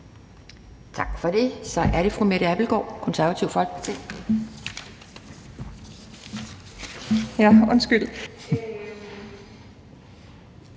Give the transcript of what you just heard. Tak for det. Så er det fru Mette Abildgaard, Det Konservative Folkeparti. Kl.